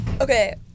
okay